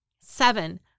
Seven